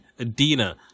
Adina